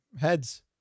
heads